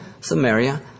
Samaria